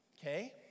Okay